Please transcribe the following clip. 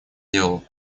делу